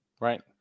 right